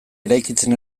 eraikitzen